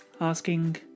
asking